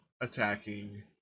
attacking